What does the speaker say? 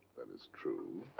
that is true.